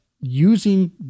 using